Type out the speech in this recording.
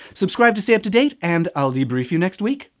subscribe to stay up to date and i'll debrief you next week.